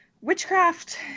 Witchcraft